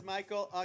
Michael